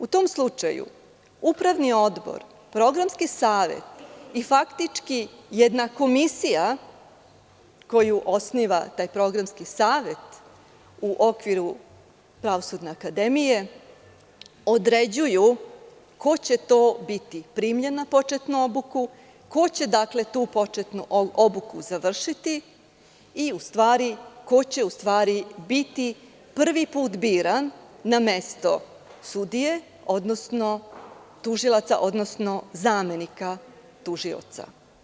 U tom slučaju Upravni odbor, Programski savet i faktički jedna komisija koju osniva taj Programski savet u okviru Pravosudne akademije određuju ko će to biti primljen na početnu obuku, ko će tu početnu obuku završiti i u stvari ko će biti prvi put biran na mesto sudije odnosno tužilaca, odnosno zamenika tužioca.